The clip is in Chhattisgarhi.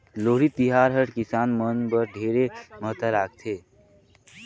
लोहड़ी तिहार हर किसान मन बर ढेरे महत्ता राखथे